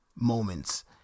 moments